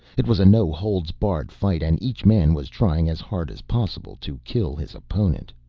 it was a no-holds-barred fight and each man was trying as hard as possible to kill his opponent.